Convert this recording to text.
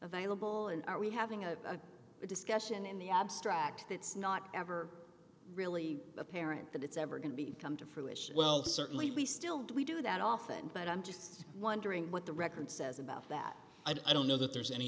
available and are we having a discussion in the abstract it's not ever really apparent that it's ever going to come to fruition well certainly we still do we do that often but i'm just wondering what the record says about that i don't know that there's any